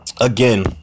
again